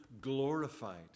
glorified